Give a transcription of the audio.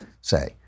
say